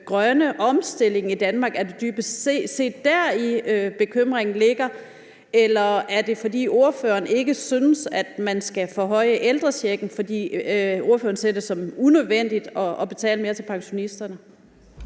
grønne omstilling i Danmark? Er det dybest set der, hvor bekymringen ligger? Eller er det, fordi ordføreren ikke synes, at man skal forhøje ældrechecken, fordi ordføreren ser det som unødvendigt at betale mere til pensionisterne?